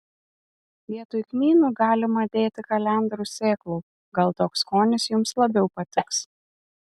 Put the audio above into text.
vietoj kmynų galima dėti kalendrų sėklų gal toks skonis jums labiau patiks